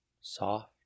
soft